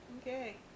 Okay